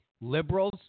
liberals